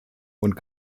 und